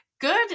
Good